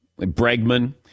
Bregman